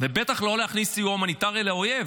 ובטח לא להכניס סיוע הומניטרי לאויב?